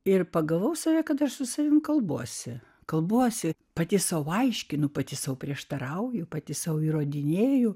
ir pagavau save kad aš su savimi kalbuosi kalbuosi pati sau aiškinu pati sau prieštarauju pati sau įrodinėju